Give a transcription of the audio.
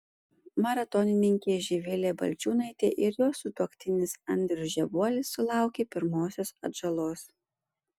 maratonininkė živilė balčiūnaitė ir jos sutuoktinis andrius žebuolis sulaukė pirmosios atžalos